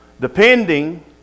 Depending